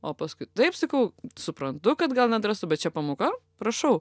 o paskui taip sakau suprantu kad gal nedrąsu bet čia pamoka prašau